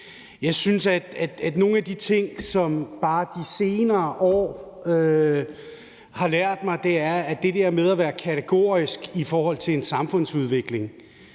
Jeg synes, at nogle af de ting, som bare de senere år har lært mig, er, at det der med at være kategorisk i forhold til en samfundsudvikling